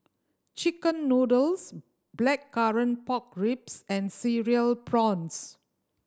chicken noodles Blackcurrant Pork Ribs and Cereal Prawns